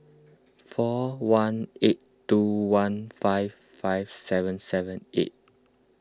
four one eight two one five five seven seven eight